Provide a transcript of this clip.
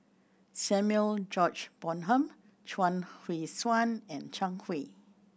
Samuel George Bonham Chuang Hui Tsuan and Zhang Hui